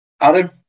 adam